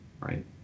right